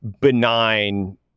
benign